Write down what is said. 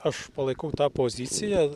aš palaikau tą poziciją